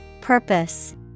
Purpose